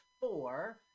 four